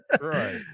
right